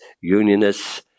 unionists